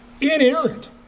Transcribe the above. Inerrant